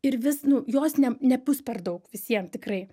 ir vis nu jos ne nebus per daug visiem tikrai